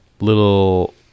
little